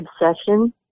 obsession